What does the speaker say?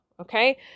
Okay